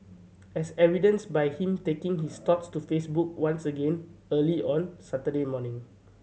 as evidenced by him taking his thoughts to Facebook once again early on Saturday morning